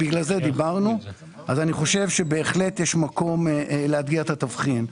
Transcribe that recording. אני חושב שבהחלט יש מקום לאתגר את התבחין.